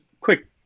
quick